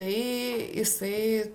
tai jisai